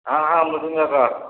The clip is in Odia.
ହଁ ହଁ ମୃତ୍ୟୁଞ୍ଜୟ କହ